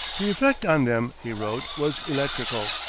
the effect on them, he wrote, was electrical.